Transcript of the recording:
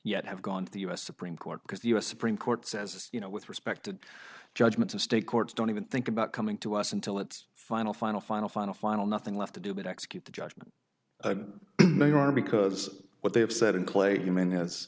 yet have gone to the u s supreme court because the u s supreme court says you know with respected judgments of state courts don't even think about coming to us until it's final final final final final nothing left to do but execute the judgment because what they have said in clay human as